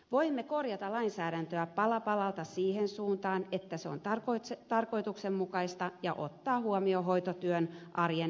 voimme korjata lainsäädäntöä pala palalta siihen suuntaan että se on tarkoituksenmukaista ja ottaa huomioon hoitotyön arjen erilaiset tilanteet